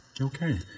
Okay